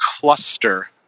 cluster